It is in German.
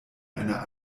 einer